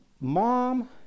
Mom